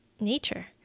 nature